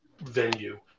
venue